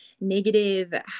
negative